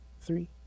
three